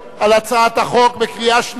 על הצעת החוק בקריאה שנייה,